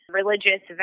religious